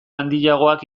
handiagoak